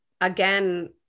again